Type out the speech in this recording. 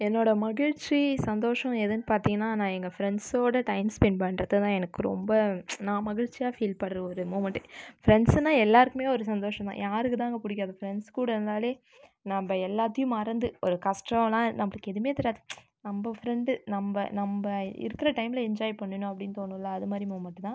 என்னோட மகிழ்ச்சி சந்தோஷம் எதுன்னு பார்த்தீங்கன்னா நான் எங்கள் ஃப்ரெண்ட்ஸோட டைம் ஸ்பென்ட் பண்ணுறதுதான் எனக்கு ரொம்ப நான் மகிழ்ச்சியாக ஃபீல் பண்ணுற ஒரு மூமண்ட்டு ஃப்ரெண்ட்ஸுன்னா எல்லாருக்குமே ஒரு சந்தோசம் தான் யாருக்கு தாங்க பிடிக்காது ஃப்ரெண்ட்ஸ் கூட இருந்தாலே நம்ம எல்லாத்தையும் மறந்து ஒரு கஷ்டலாம் நம்மளுக்கு எதுவுமே தெரியாது நம்ம ஃப்ரெண்டு நம்ம நம்ம இருக்கிற டைமில் என்ஜாய் பண்ணனும் அப்படின்னு தோணும்ல அதுமாதிரி மூமண்ட்டு தான்